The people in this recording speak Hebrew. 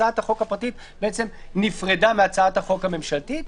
הצעת החוק הפרטית נפרדה מהצעת החוק הממשלתית,